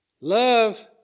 Love